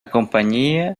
compañía